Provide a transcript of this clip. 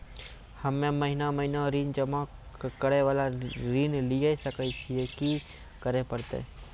हम्मे महीना महीना ऋण जमा करे वाला ऋण लिये सकय छियै, की करे परतै?